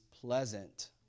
pleasant